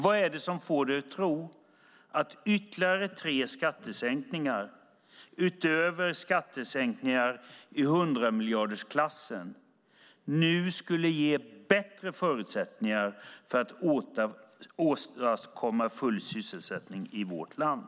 Vad är det som får dig att tro att ytterligare tre skattesänkningar, utöver skattesänkningar i hundramiljardersklassen, nu skulle ge bättre förutsättningar för att åstadkomma full sysselsättning i vårt land?